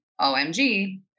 OMG